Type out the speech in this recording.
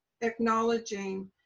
acknowledging